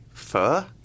Fur